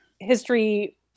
history